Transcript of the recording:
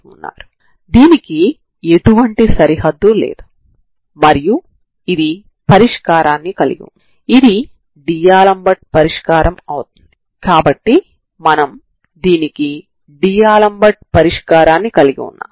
వీటిని మీరు x మరియు t లుగా వ్రాయవచ్చు కాబట్టి మనం u2xt12c0txcx chx0t dx0 dt ని కలిగి ఉంటాము